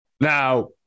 now